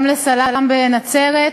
גם לסלאם בנצרת.